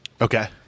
Okay